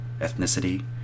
ethnicity